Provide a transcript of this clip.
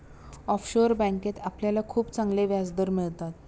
offshore बँकेत आपल्याला खूप चांगले व्याजदर मिळतात